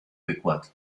wykład